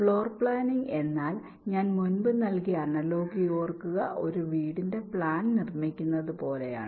floor planning എന്നാൽ ഞാൻ മുമ്പ് നൽകിയ അനലോഗി ഓർക്കുക ഒരു വീടിന്റെ പ്ലാൻ നിർമ്മിക്കുന്നത് പോലെയാണ്